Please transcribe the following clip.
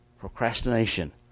Procrastination